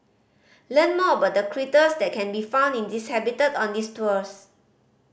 learn more about the critters that can be found in this habitat on these tours